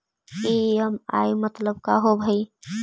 EMI मतलब का होब हइ?